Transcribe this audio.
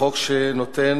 החוק שנותן